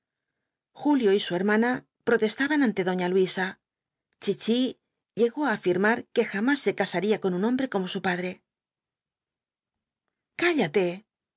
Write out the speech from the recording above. julio y su hermana protestaban ante doña luisa chichi llegó á afirmar que jamás se casaría con un hombre como su padre cállate